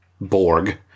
Borg